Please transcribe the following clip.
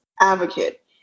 advocate